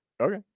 Okay